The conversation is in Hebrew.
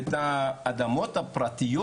והאדמות הפרטיות,